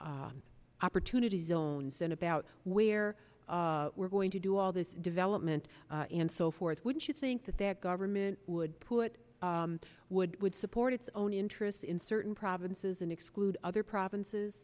opportunity zones and about where we're going to do all this development and so forth would you think that that government would put would would support its own interests in certain provinces and exclude other provinces